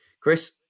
Chris